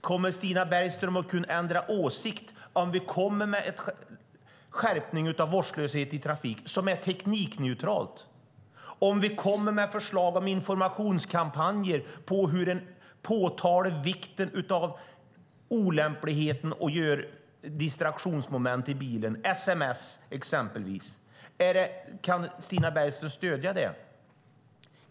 Kommer Stina Bergström att kunna ändra åsikt om vi kommer med ett lagförslag om skärpning av vårdslöshet i trafiken som är teknikneutralt? Om vi kommer med förslag om informationskampanjer där man påtalar vikten av olämplighet med distraktionsmoment i bilen, exempelvis sms, kan Stina Bergström då stödja det?